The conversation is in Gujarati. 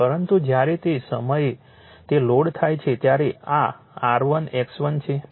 પરંતુ જ્યારે તે સમયે તે લોડ થાય છે ત્યારે આ R1 X1 છે